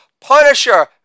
Punisher